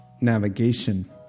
navigation